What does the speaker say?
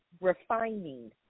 refining